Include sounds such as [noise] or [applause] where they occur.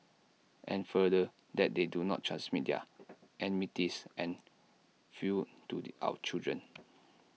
and further that they do not transmit their [noise] enmities and feuds to the our children